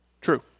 True